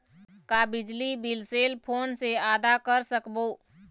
का बिजली bill cell phone से आदा कर सकबो?